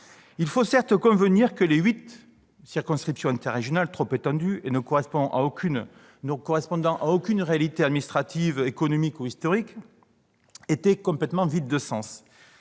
Il faut certes convenir que les huit circonscriptions interrégionales, trop étendues et ne correspondant à aucune réalité administrative, économique ou historique, étaient complètement vides de sens.